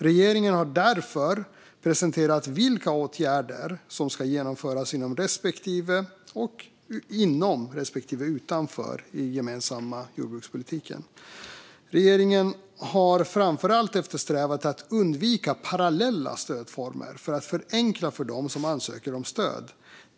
Regeringen har därefter presenterat vilka åtgärder som ska genomföras inom respektive utanför den gemensamma jordbrukspolitiken. Regeringen har framför allt eftersträvat att undvika parallella stödformer för att förenkla för dem som ansöker om stöd.